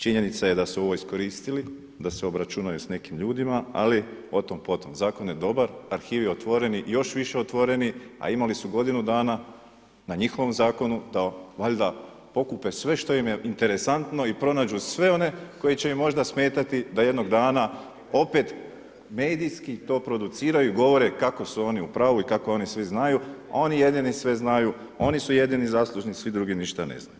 Činjenica je da su ovo iskoristili da se obračunaju s nekim ljudima ali o tom potom, zakon je dobar, arhivi otvoreni, još više otvoreni a imali su godinu dana na njihovom zakonu da valjda pokupe sve što im je interesantno i pronađu sve one koji će im možda smetati da jednog dana opet medijski to produciraju i govore kako su oni u pravi i kako oni svi znaju a oni jedini sve znaju, oni su jedini zaslužni, svi drugi ništa ne znaju.